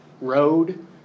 road